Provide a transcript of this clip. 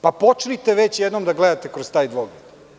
Počnite već jednom da gledate kroz taj dvogled.